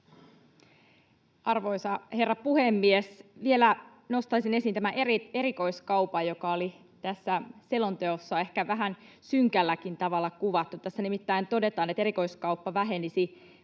Arvoisa herra puhemies! Vielä nostaisin esiin erikoiskaupan, joka oli tässä selonteossa ehkä vähän synkälläkin tavalla kuvattu. Tässä nimittäin todetaan, että erikoiskauppa vähenisi